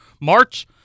March